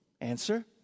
Answer